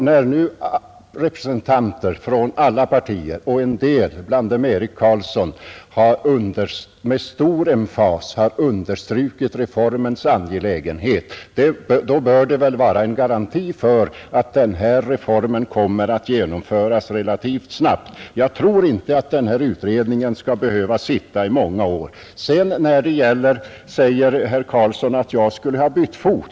När nu representanter för alla partier, bland dem Eric Carlsson, med stor emfas har understrukit reformens angelägenhet, bör det väl vara en garanti för att den här reformen kommer att genomföras relativt snabbt. Jag tror inte att utredningen skall behöva sitta i många år. Vidare säger herr Carlsson att jag skulle ha bytt fot.